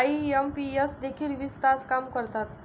IMPS देखील वीस तास काम करतात?